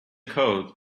code